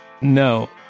No